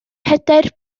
pedair